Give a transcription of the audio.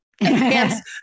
Yes